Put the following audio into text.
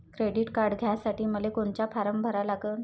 Credit card घ्यासाठी मले कोनचा फारम भरा लागन?